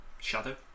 shadow